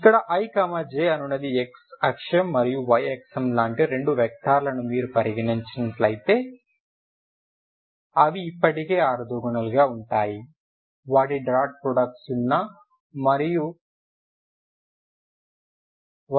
ఇక్కడ i j అనగా x అక్షం మరియు y అక్షం లాంటి రెండు వెక్టర్లను మీరు పరిగణించినట్లయితే అవి ఇప్పటికే ఆర్తోగోనల్గా ఉంటాయి వాటి డాట్ ప్రోడక్ట్ సున్నా 10 మరియు 01